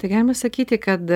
tai galima sakyti kad